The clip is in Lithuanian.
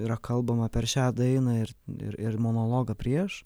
yra kalbama per šią dainą ir ir ir monologą prieš